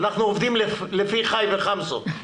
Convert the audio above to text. אנחנו עובדים לפי ח"י וחמסות,